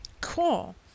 Cool